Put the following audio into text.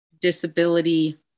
disability